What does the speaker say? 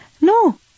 No